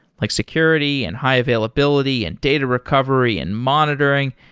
like security, and high-availability, and data recovery, and monitoring,